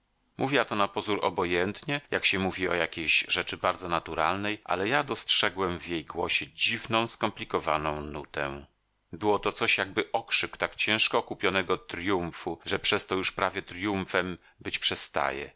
niewolnika mówiła to na pozór obojętnie jak się mówi o jakiejś rzeczy bardzo naturalnej ale ja dostrzegłem w jej głosie dziwną skomplikowaną nutę było to coś jakby okrzyk tak ciężko okupionego tryumfu że przez to już prawie tryumfem być przestaje